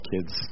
kids